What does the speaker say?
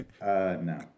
no